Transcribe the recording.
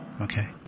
Okay